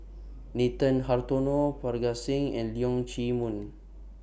Nathan Hartono Parga Singh and Leong Chee Mun